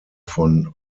von